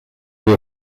wir